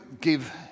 give